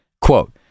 Quote